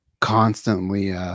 constantly –